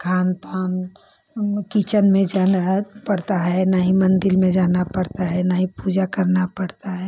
kitchen में जाना पड़ता है न ही मंदिर में जाना पड़ता है न ही पूजा करना पड़ता है